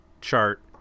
chart